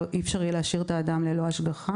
אי אפשר להשאיר את האדם ללא השגחה,